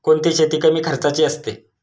कोणती शेती कमी खर्चाची असते?